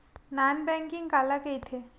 Non banking काला कइथे?